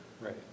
Right